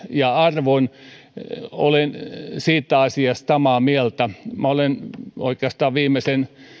ja arvo olen siitä asiasta samaa mieltä minä olen oikeastaan viimeisen